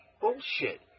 Bullshit